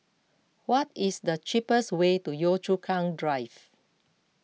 what is the cheapest way to Yio Chu Kang Drive